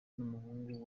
n’umuhungu